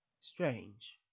strange